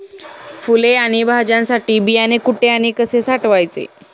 फुले आणि भाज्यांसाठी बियाणे कुठे व कसे साठवायचे?